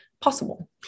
possible